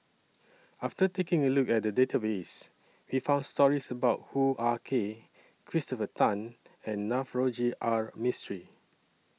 after taking A Look At The Database We found stories about Hoo Ah Kay Christopher Tan and Navroji R Mistri